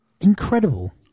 Incredible